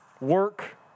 Work